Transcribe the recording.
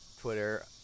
Twitter